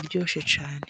iryoshye cyane.